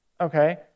okay